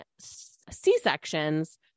C-sections